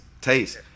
Taste